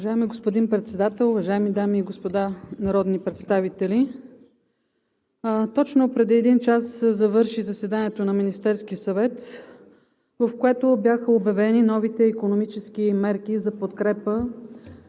Уважаеми господин Председател, уважаеми дами и господа народни представители! Точно преди един час завърши заседанието на Министерския съвет, на което бяха обявени новите икономически мерки за подкрепа